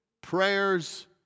prayers